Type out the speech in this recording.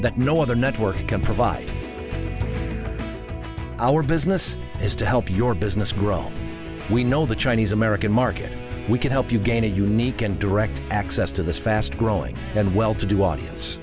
that no other network can provide our business is to help your business grow we know the chinese american market we can help you gain a unique and direct access to the fast growing and well to do audience